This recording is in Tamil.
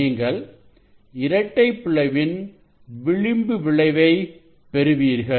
நீங்கள் இரட்டைப் பிளவின் விளிம்பு விளைவை பெறுவீர்கள்